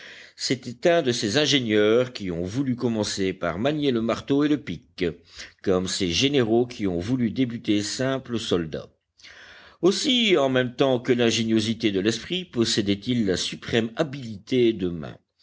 c'était un de ces ingénieurs qui ont voulu commencer par manier le marteau et le pic comme ces généraux qui ont voulu débuter simples soldats aussi en même temps que l'ingéniosité de l'esprit possédait-il la suprême habileté